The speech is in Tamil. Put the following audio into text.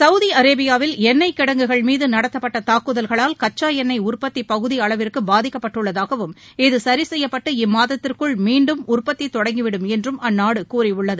சவுதிஅரேபியாவில் எண்ணெய் கிடங்குகள் மீதுநடத்தப்பட்டதாக்குதல்களால் கச்சாஎண்ணெய் உற்பத்திபகுதிஅளவிற்குபாதிக்கப்பட்டதாகவும் இது சரிசெய்யப்பட்டு இம்மாதத்திற்குள் உற்பத்திதொடங்கிவிடும் என்றும் அந்நாடுகூறியுள்ளது